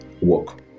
work